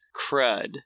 crud